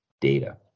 data